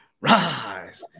rise